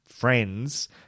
friends